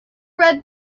red